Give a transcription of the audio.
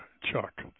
Chuck